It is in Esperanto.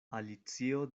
alicio